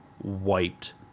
wiped